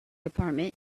department